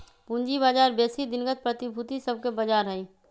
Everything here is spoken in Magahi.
पूजी बजार बेशी दिनगत प्रतिभूति सभके बजार हइ